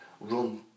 run